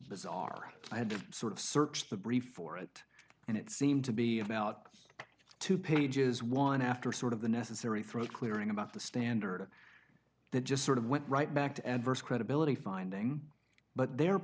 bizarre i had to sort of search the brief for it and it seemed to be about two pages one after sort of the necessary throat clearing about the standard that just sort of went right back to adverse credibility finding but their